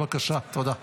תודה.